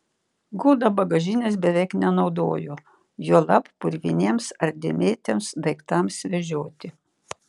goda bagažinės beveik nenaudojo juolab purviniems ar dėmėtiems daiktams vežioti